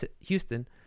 Houston